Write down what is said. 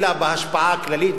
אלא בהשפעה הכללית,